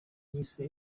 yise